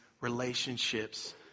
relationships